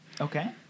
Okay